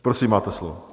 Prosím, máte slovo.